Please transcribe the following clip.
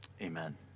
Amen